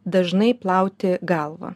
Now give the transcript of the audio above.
dažnai plauti galvą